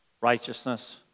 righteousness